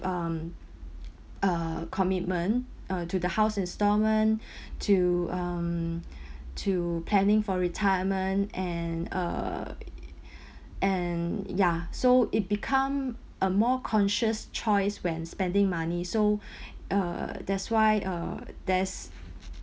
um uh commitment uh to the house installment to um to planning for retirement and uh and ya so it become a more conscious choice when spending money so uh that's why uh there's